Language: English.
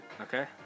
okay